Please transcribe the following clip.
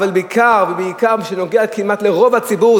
אבל בעיקר ובעיקר במה שנוגע כמעט לרוב הציבור,